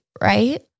right